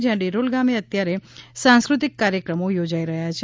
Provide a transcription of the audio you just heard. જ્યાં ડેરોલ ગામે અત્યારે સાંસ્કૃતિક કાર્યક્રમો યોજાઈ રહ્યા છે